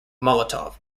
molotov